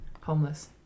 Homeless